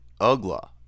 Ugla